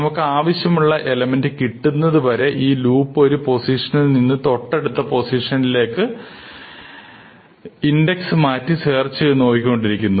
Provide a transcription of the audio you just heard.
നമുക്ക് ആവശ്യമുള്ള എലമെന്റ് കിട്ടുന്നതുവരെ ഈ ലൂപ്പ് ഒരു പൊസിഷനിൽ നിന്ന് തൊട്ടടുത്ത പൊസിഷനിലേക്ക് ഇൻഡക്സ് മാറ്റി സെർച്ച് ചെയ്തു നോക്കിക്കൊണ്ടിരിക്കുന്നു